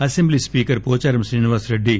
assembly speaker Pocharam Srinivasa Reddy